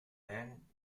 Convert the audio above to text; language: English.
then